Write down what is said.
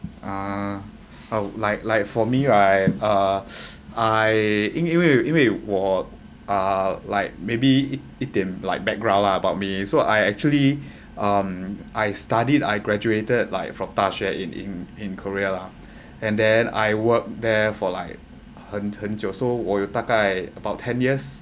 ah oh like like for me I uh I 因为因为我 uh like maybe 一点 like background about me so I actually um I studied I graduated like from 大学 in in in korea and then I worked there for like 很久 so 我有大概 about ten years